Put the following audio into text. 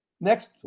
Next